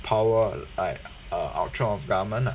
power like uh outthrow of government ah